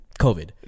COVID